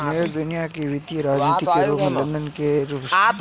New York दुनिया की वित्तीय राजधानी के रूप में लंदन के बाद दूसरे स्थान पर था